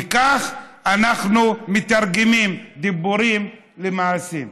וכך אנחנו מתרגמים דיבורים למעשים.